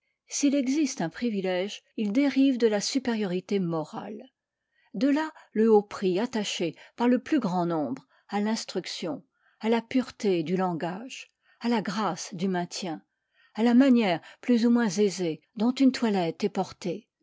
s'il existe un privilège il dérive de la supériorité morale de là le haut prix attaché par le plus grand nombre à l'instruction à la pureté du langage à la grâce du maintien à la manière plus ou moins aisée dont une toilette est portée